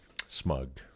smug